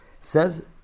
Says